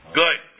good